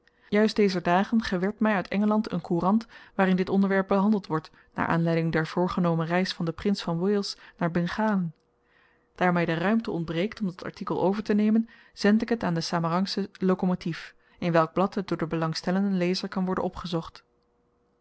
juist dezer dagen gewerd my uit engeland n courant waarin dit ontwerp behandeld wordt naar aanleiding der voorgenomen reis van den prins van wales naar bengalen daar my de ruimte ontbreekt om dat artikel overtenemen zend ik t aan de samarangsche locomotief in welk blad het door den belangstellenden lezer kan worden opgezocht